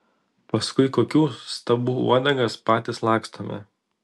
paskui kokių stabų uodegas patys lakstome